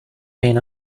pain